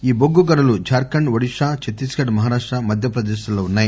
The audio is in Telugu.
ఈ బొగ్గు గనులు జార్ఖండ్ ఒడిషా చత్తీస్ గడ్ మహారాష్ట మధ్యప్రదేశ్ లలో వున్నాయి